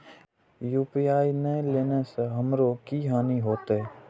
UPI ने लेने से हमरो की हानि होते?